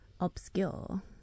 obscure